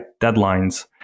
deadlines